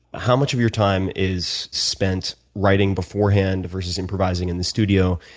how much of your time is spent writing beforehand, versus improvising in the studio,